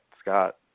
Scott